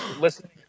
listening